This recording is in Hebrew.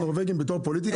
פוליטיקה?